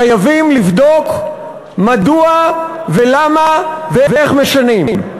חייבים לבדוק מדוע ולמה ואיך משנים.